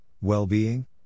Well-Being